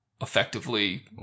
Effectively